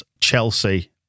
Chelsea